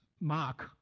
mark